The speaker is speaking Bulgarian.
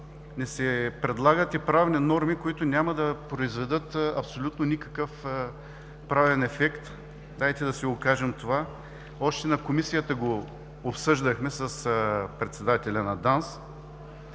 ни се предлагат и правни норми, които няма да произведат абсолютно никакъв правен ефект – дайте да си го кажем това. В Комисията го обсъждахме с председателя на ДАНС